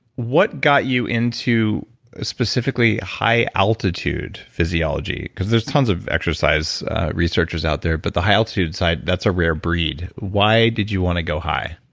what got you into specifically high altitude physiology? because there's tons of exercise researchers out there, but the high altitude side, that's a rare breed. why did you want to go high?